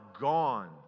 gone